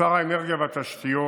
כשר האנרגיה והתשתיות,